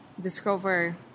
discover